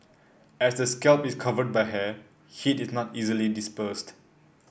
as the scalp is covered by hair heat is not easily dispersed